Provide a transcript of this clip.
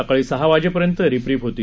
सकाळी सहा वाजेपर्यंत रिपरिप होती